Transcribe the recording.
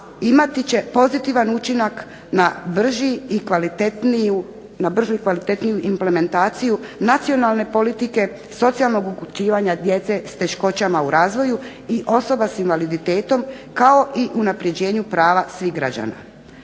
imati će pozitivan učinak na bržu i kvalitetniju implementaciju nacionalne politike socijalnog uključivanja djece s teškoćama u razvoju i osoba s invaliditetom, kao i unapređenju prava svih građana.